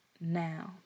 now